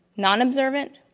nonobservant,